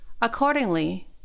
Accordingly